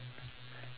two